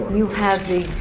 you have the